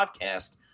podcast